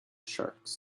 sharks